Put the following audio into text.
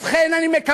ובכן, אני מקווה